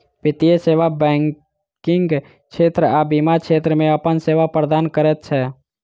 वित्तीय सेवा बैंकिग क्षेत्र आ बीमा क्षेत्र मे अपन सेवा प्रदान करैत छै